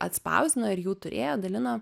atspausdino ir jų turėjo dalino